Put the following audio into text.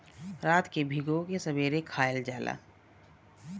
रात के भिगो के सबेरे खायल जाला